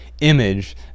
image